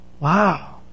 Wow